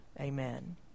Amen